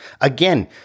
Again